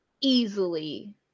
easily